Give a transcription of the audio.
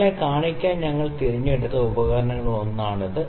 നിങ്ങളെ കാണിക്കാൻ ഞങ്ങൾ തിരഞ്ഞെടുത്ത ഉപകരണങ്ങളിൽ ഒന്നാണിത്